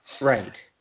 right